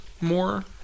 more